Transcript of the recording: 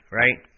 right